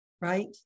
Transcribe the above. right